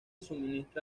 suministra